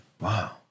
wow